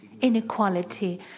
inequality